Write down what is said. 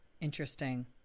Interesting